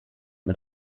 mit